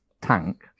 tank